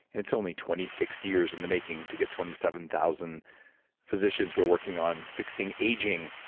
and it's only twenty six years in the making to get twenty seven thousand physicians who are working on fixing aging,